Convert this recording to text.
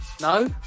No